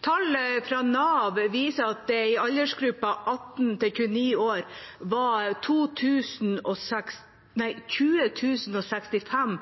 Tall fra Nav viser at det i aldersgruppen 18–29 år var 20 065